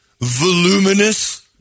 voluminous